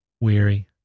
weary